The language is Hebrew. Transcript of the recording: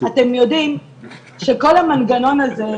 אתם יודעים שכל המנגנון הזה,